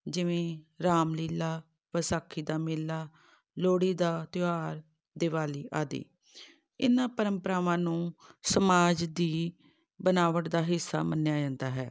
ਜਿਵੇਂ ਰਾਮਲੀਲਾ ਵਿਸਾਖੀ ਦਾ ਮੇਲਾ ਲੋਹੜੀ ਦਾ ਤਿਉਹਾਰ ਦਿਵਾਲੀ ਆਦਿ ਇਹਨਾਂ ਪਰੰਪਰਾਵਾਂ ਨੂੰ ਸਮਾਜ ਦੀ ਬਣਾਵਟ ਦਾ ਹਿੱਸਾ ਮੰਨਿਆ ਜਾਂਦਾ ਹੈ